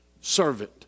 servant